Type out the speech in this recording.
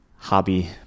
hobby